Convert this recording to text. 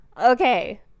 Okay